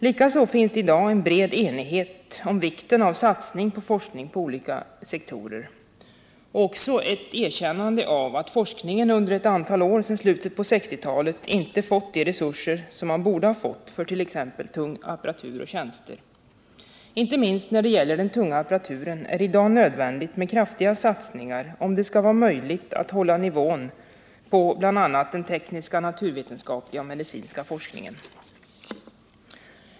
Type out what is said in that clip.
Likaså finns det i dag en bred enighet om vikten av satsning på forskning på olika sektorer, liksom ett erkännande av att forskningen under ett antal år sedan 1960-talet inte fått de resurser som man borde ha fått, för t.ex. tung apparatur och tjänster. Inte minst när det gäller den tunga apparaturen är det i dag nödvändigt med kraftiga satsningar om det skall vara möjligt att hålla nivån på bl.a. den tekniska, naturvetenskapliga och medicinska forskningen.